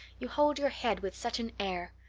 you hold your head with such an air.